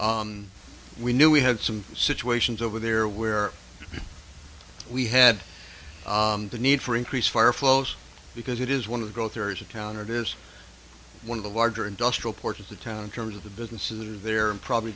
area we knew we had some situations over there where we had the need for increased fire flow because it is one of the growth areas of town it is one of the larger industrial ports of the town in terms of the businesses there and probably